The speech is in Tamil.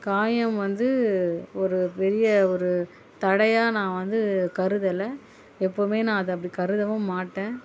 காயம் வந்து ஒரு பெரிய ஒரு தடையா நான் வந்து கருதில் எப்போவுமே நான் அதை அப்படி கருதவும் மாட்டேன்